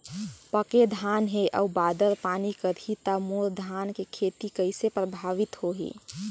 पके धान हे अउ बादर पानी करही त मोर धान के खेती कइसे प्रभावित होही?